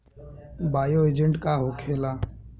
Bio agent का होखेला?